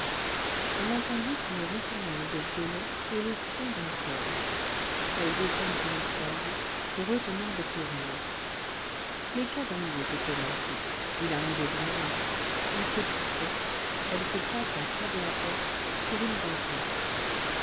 on entendit une ritournelle de violon et les sons d'un cor elle descendit l'escalier se retenant de courir les quadrilles étaient commencés il arrivait du monde on se poussait elle se plaça près de la porte sur une banquette